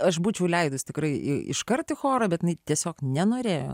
aš būčiau leidus tikrai iškart į chorą bet jinai tiesiog nenorėjo